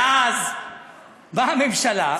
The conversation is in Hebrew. ואז באה הממשלה,